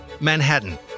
Manhattan